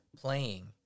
playing